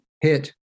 hit